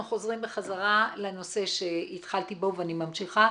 אנחנו חוזרים בחזרה לנושא שהתחלתי בו ואני ממשיכה.